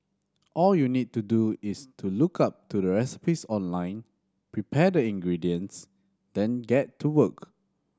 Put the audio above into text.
all you need to do is to look up to the recipes online prepare the ingredients then get to work